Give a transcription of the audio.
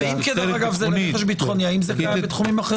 ואם כן דרך אגב רכש ביטחוני האם זה קיים בתחומים אחרים?